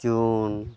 June